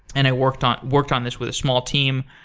and i worked on worked on this with a small team.